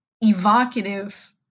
evocative